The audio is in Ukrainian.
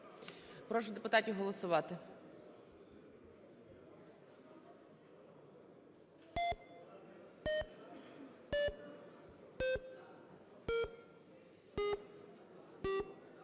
Прошу депутатів голосувати.